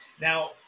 Now